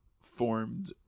formed